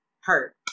hurt